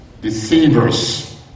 deceivers